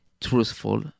truthful